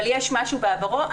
אבל יש משהו בעברו.